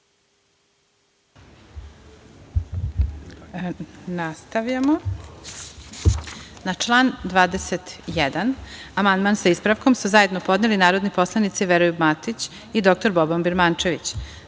Zahvaljujem. Na član 4. amandman sa ispravkom su zajedno podneli narodni poslanici Veroljub Matić i dr Boban Birmančević. Vlada